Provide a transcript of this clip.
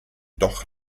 doch